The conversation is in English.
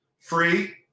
free